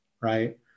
Right